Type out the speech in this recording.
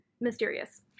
mysterious